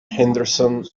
henderson